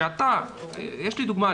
שאתה יש לי דוגמה,